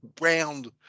round